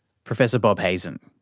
professor bob hazen.